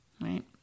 right